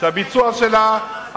מה הקשר?